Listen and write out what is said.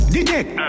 Detect